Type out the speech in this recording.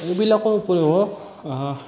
এইবিলাকৰ উপৰিও